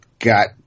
got